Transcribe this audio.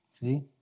See